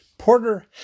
Porter